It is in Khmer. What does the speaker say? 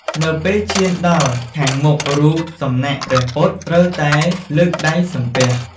នៅពេលឈានដល់ខាងមុខរូបសំណាកព្រះពុទ្ធ ត្រូវតែលើកដៃសំពះ។